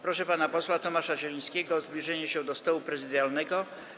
Proszę pana posła Tomasza Zielińskiego o zbliżenie się do stołu prezydialnego.